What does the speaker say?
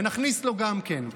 ונכניס לו גם כן.